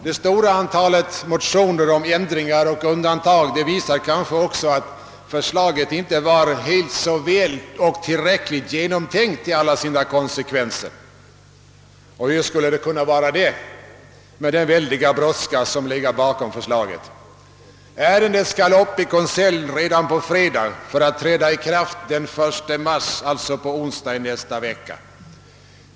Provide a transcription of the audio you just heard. Det stora antalet motioner om ändringar och undantag visar kanske också att förslaget inte var tillräckligt väl genomtänkt till sina konsekvenser. Hur skulle det för övrigt kunna vara det med den väldiga brådska som legat bakom förslaget? Ärendet skall upp i konselj redan på fredag för att träda i kraft den 1 mars, d.v.s. på onsdag i nästa vecka.